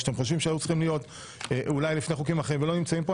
שאתם חושבים שהיו צריכים להיות אולי לפני חוקים והם ולא נמצאים פה,